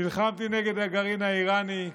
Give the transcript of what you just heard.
נלחמתי נגד הגרעין האיראני,